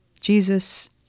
Jesus